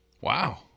Wow